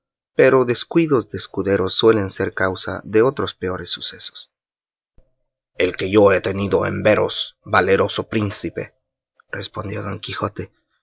pero descuidos de escuderos suelen ser causa de otros peores sucesos el que yo he tenido en veros valeroso príncipe respondió don quijotees